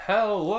Hello